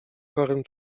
chorym